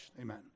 Amen